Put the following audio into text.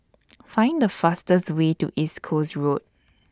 Find The fastest Way to East Coast Road